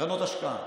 קרנות השקעה,